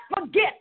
forget